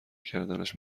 کردنش